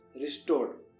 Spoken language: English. restored